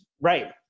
Right